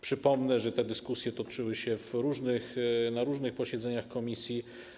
Przypomnę, że te dyskusje toczyły się na różnych posiedzeniach komisji.